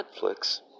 Netflix